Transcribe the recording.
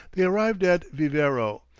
they arrived at vivero,